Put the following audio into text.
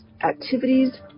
activities